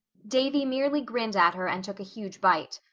davy merely grinned at her and took a huge bite.